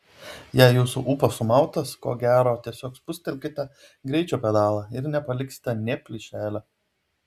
jei jūsų ūpas sumautas ko gero tiesiog spustelėsite greičio pedalą ir nepaliksite nė plyšelio